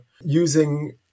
using